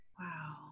Wow